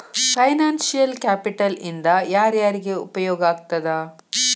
Financial capital ಇಂದಾ ಯಾರ್ಯಾರಿಗೆ ಉಪಯೊಗಾಗ್ತದ?